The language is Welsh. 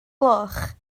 gloch